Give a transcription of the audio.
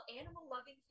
animal-loving